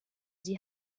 sie